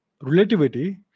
relativity